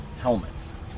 helmets